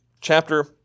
chapter